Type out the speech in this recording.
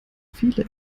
viele